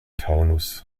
taunus